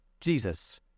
Jesus